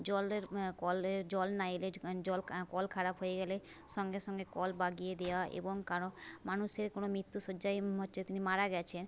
জলের কলে জল না এলে জ্ জল কল খারাপ হয়ে গেলে সঙ্গে সঙ্গে কল বাগিয়ে দেওয়া এবং কারও মানুষের কোনো মৃত্যুশয্যায় হচ্ছে তিনি মারা গিয়েছেন